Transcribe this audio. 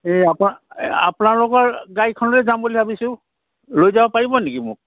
এই আপোনাৰ আপোনালোকৰ গাড়ীখন লৈ যাম বুলি ভাবিছোঁ লৈ যাব পাৰিব নেকি মোক